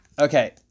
Okay